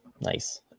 Nice